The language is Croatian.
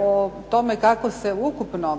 o tome kako se ukupno